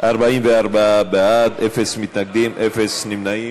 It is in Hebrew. הרווחה והבריאות נתקבלה.